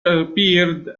appeared